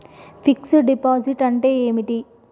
Fix డ్ deposit అంటే ఏమిటి?